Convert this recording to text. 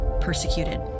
persecuted